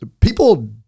people